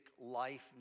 life